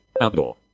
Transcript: outdoor